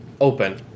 open